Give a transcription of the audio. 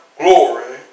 glory